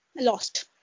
lost